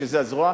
שזה הזרוע,